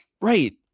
right